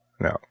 No